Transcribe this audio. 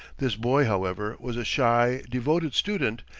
this boy, however, was a shy, devoted student,